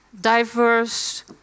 diverse